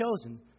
chosen